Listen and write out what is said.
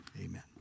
amen